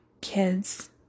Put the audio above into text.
kids